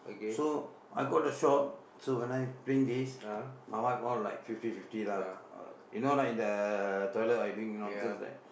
so I got the shop so when I playing this my wife all like fifty fifty lah uh you know right in the toilet what I doing nonsense right